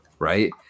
Right